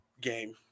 game